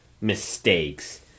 mistakes